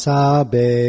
Sabe